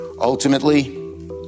Ultimately